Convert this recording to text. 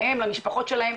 להם ולמשפחות שלהם.